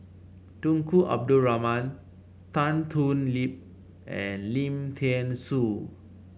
Tunku Abdul Rahman Tan Thoon Lip and Lim Thean Soo